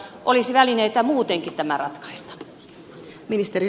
olisi välineitä muutenkin tämä ratkaista